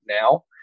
now